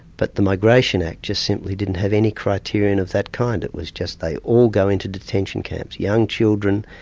but the migration act just simply didn't have any criterion of that kind, it was just they all go into detention camps, young children,